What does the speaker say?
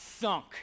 sunk